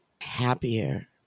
happier